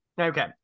Okay